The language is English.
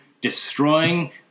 destroying